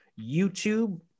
youtube